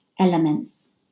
elements